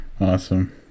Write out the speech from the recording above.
Awesome